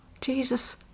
Jesus